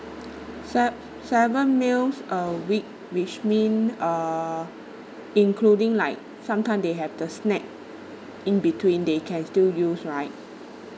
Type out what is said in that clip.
se~ seven meals a week which mean uh including like sometime they have the snack in between they can still use right